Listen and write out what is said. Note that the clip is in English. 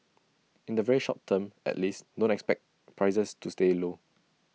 in the very short term at least don't expect prices to stay low